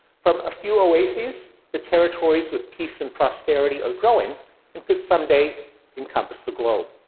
from a few oases, the territories with peace and prosperity are growing and could someday encompass the globe.